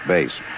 Base